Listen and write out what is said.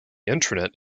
internet